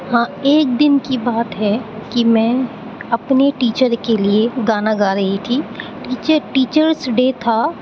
ہاں ایک دِن کی بات ہے کہ میں اپنے ٹیچر کے لیے گانا گا رہی تھی ٹیچر ٹیچرس ڈے تھا